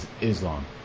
Islam